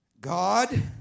God